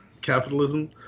capitalism